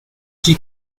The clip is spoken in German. die